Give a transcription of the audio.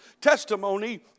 Testimony